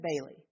Bailey